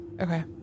Okay